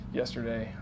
yesterday